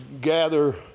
gather